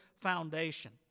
foundation